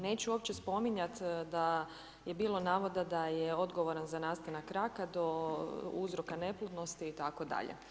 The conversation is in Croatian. Neću uopće spominjati da je bilo navoda da je odgovoran za nastanak raka do uzroka neplodnosti itd.